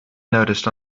noticed